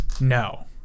no